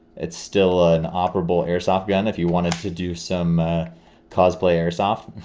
it's still an operable airsoft gun if you wanted to do some cosplay airsoft